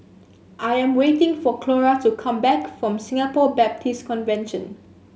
I am waiting for Clora to come back from Singapore Baptist Convention